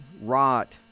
rot